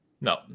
no